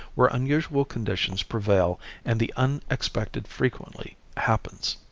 where unusual conditions prevail and the unexpected frequently happens.